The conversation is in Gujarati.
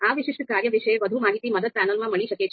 આ વિશિષ્ટ કાર્ય વિશે વધુ માહિતી મદદ પેનલમાં મળી શકે છે